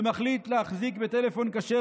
ומחליט להחזיק בטלפון כשר,